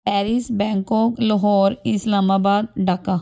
Paris Bangkok Lahore Islamabad Dhaka